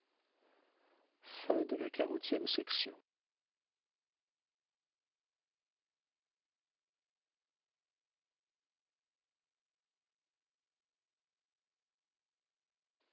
de la lune si